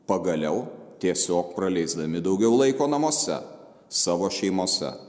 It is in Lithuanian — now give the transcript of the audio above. pagaliau tiesiog praleisdami daugiau laiko namuose savo šeimose